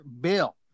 bill